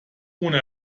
ohne